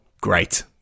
great